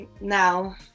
now